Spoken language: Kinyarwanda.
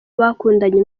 bakundanye